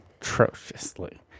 atrociously